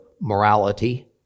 morality